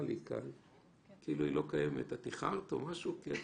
הפלטפורמה צריכה לשאול אותו מי הם בעלי השליטה בתאגיד.